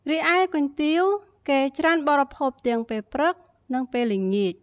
រីឯគុយទាវ គេច្រើនបរិភោគទាំងពេលព្រឹក និងពេលល្ងាច។